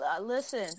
listen